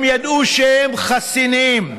הם ידעו שהם חסינים.